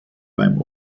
beim